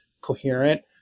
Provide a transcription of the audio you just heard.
coherent